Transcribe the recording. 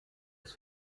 vous